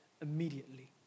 immediately